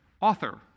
Author